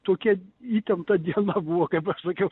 tokia įtempta diena buvo kaip aš sakiau